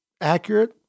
accurate